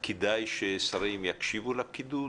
כדאי ששרים יקשיבו לפקידות,